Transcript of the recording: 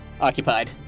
occupied